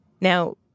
Now